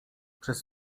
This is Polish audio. przez